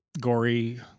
gory